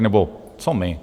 Nebo co my?